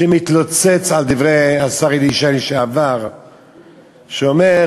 שמתלוצץ על דברי השר לשעבר אלי ישי, שמדבר